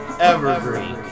Evergreen